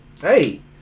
Hey